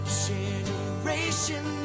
generation